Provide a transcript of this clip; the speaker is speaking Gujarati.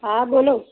હા બોલો